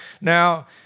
Now